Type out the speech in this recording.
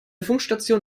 funkstation